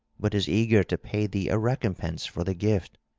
but is eager to pay thee a recompense for the gift.